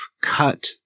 cut